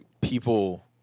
people